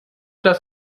das